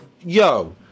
Yo